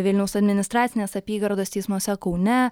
vilniaus administracinės apygardos teismuose kaune